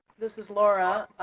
this is laura.